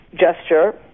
gesture